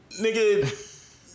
nigga